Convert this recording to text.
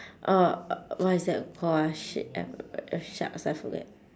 uh what's that call ah shit i~ shucks I forget